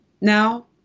now